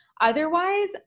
otherwise